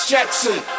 Jackson